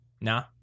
nah